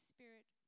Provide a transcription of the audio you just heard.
Spirit